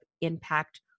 impact